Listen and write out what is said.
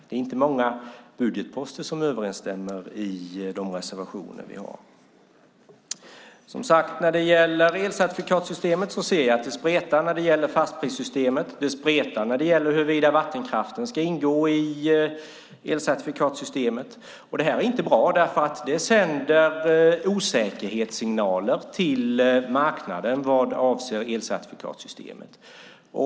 Det är inte många budgetposter som överensstämmer i reservationerna. När det gäller elcertifikatsystemet och fastprissystemet ser jag att det spretar. Det spretar när det gäller huruvida vattenkraften ska ingå i elcertifikatsystemet. Det är inte bra. Det sänder osäkerhetssignaler till marknaden när det gäller elcertifikatsystemet.